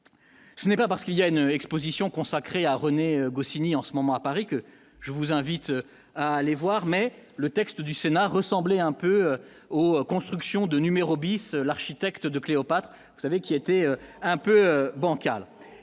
ce n'est pas parce qu'il y a une Exposition consacrée à René Goscinny en ce moment à Paris que je vous invite à aller voir, mais le texte du Sénat ressembler un peu aux constructions de Numérobis seul architecte de Cléopâtre, vous savez qui a été un peu bancal